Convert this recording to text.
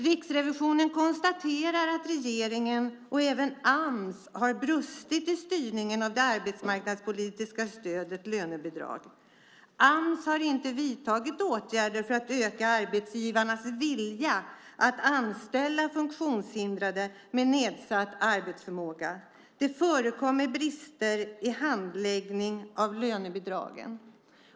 Riksrevisionen konstaterar att regeringen och även Ams har brustit i styrningen av det arbetsmarknadspolitiska stödet lönebidrag. Ams har inte vidtagit åtgärder för att öka arbetsgivarnas vilja att anställa funktionshindrade med nedsatt arbetsförmåga. Det förekommer brister i handläggning av lönebidragen.